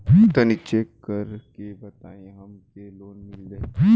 तनि चेक कर के बताई हम के लोन मिल जाई?